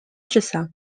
часа